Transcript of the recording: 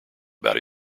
about